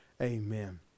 Amen